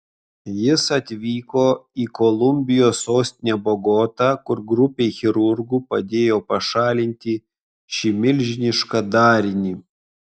jis atvyko į kolumbijos sostinę bogotą kur grupei chirurgų padėjo pašalinti šį milžinišką darinį